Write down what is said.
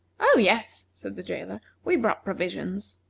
oh, yes, said the jailer, we brought provisions.